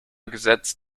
gesetz